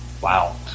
wow